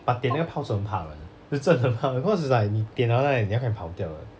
but 点那个炮竹很怕人的是真的很怕人的 because it's like 你点了 right then 快点跑掉的